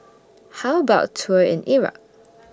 How about A Tour in Iraq